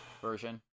version